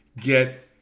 get